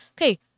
okay